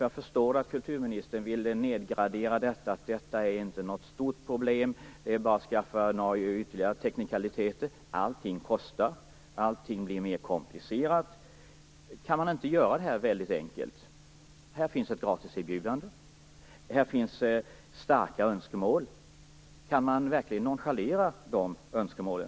Jag förstår att kulturministern vill nedgradera dessa önskemål. Detta är inte något stort problem. Det är bara att skaffa några ytterligare teknikaliteter. Allting kostar, allting blir mer komplicerat. Kan man inte göra det här väldigt enkelt? Här finns ett gratiserbjudande, här finns starka önskemål. Kan man verkligen nonchalera de önskemålen?